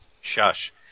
Shush